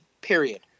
Period